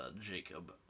Jacob